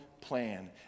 plan